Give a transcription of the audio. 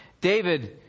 David